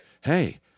hey